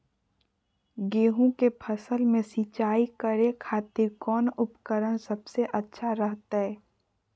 गेहूं के फसल में सिंचाई करे खातिर कौन उपकरण सबसे अच्छा रहतय?